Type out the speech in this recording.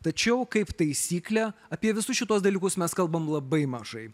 tačiau kaip taisyklė apie visus šituos dalykus mes kalbam labai mažai